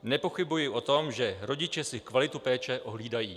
Nepochybuji o tom, že rodiče si kvalitu péče ohlídají.